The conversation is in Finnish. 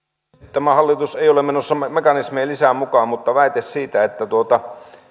tämä hallitus ei ole menossa mekanismeihin lisää mukaan mutta väite siitä että